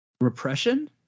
repression